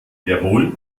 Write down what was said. jawohl